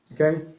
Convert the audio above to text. Okay